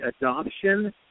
adoption